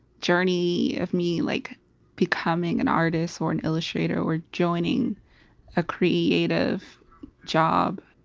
journey of me like becoming an artist or an illustrator or joining a creative job.